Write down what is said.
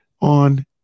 on